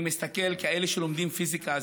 אני מסתכל על כאלה שלומדים פיזיקה,